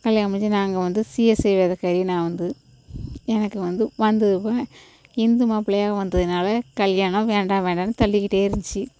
கல்யாணம் முடிஞ்சு நாங்கள் வந்து சிஎஸ்ஐ வேறுகாரி நான் வந்து எனக்கு வந்து வந்தவுடனே இந்து மாப்பிள்ளையாக வந்ததுனால் கல்யாணம் வேண்டாம் வேண்டாம்னு தள்ளிக்கிட்டே இருந்துச்சு